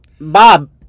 Bob